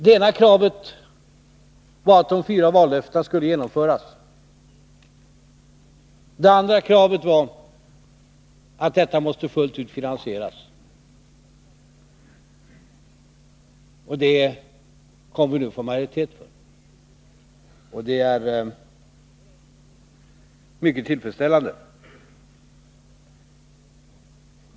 Det ena kravet var att de fyra vallöftena skulle genomföras, och det andra kravet var att de måste fullt ut finansieras. Nu kommer vi att få majoritet för detta, vilket är mycket tillfredsställande.